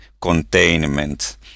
containment